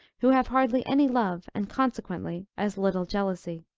who have hardly any love and consequently as little jealousy.